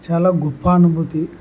చాలా గొప్ప అనుభూతి